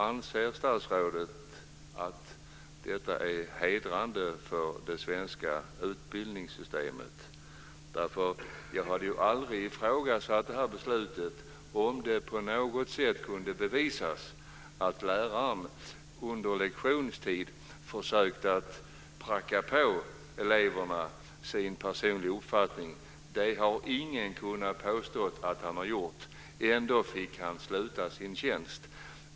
Anser statsrådet att detta är hedrande för det svenska utbildningssystemet? Jag hade aldrig ifrågasatt det här beslutet om det på något sätt kunde bevisas att läraren under lektionstid försökt att pracka på eleverna sin personliga uppfattning. Det har ingen kunnat påstå att han har gjort, ändå fick han sluta sin tjänst.